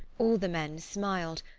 all the men smiled,